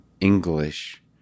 English